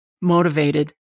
motivated